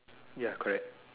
ya correct